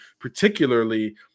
particularly